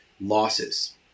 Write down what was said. losses